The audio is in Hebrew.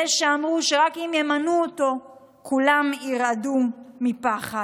זה שאמרו שרק אם ימנו אותו כולם ירעדו מפחד.